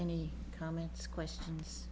any comments questions